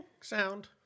sound